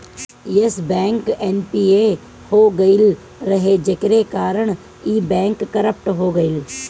Yes Bank NPA हो गईल रहे जेकरी कारण इ बैंक करप्ट हो गईल